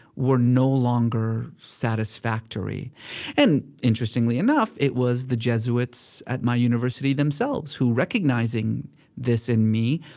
were no longer satisfactory and, interestingly enough, it was the jesuits at my university themselves who, recognizing this in me,